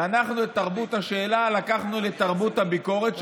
אנחנו את תרבות השאלה לקחנו לתרבות הביקורת,